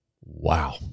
Wow